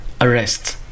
arrest